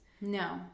No